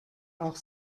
auch